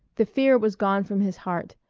the fear was gone from his heart,